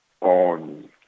on